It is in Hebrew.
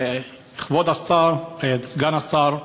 כבוד סגן השר,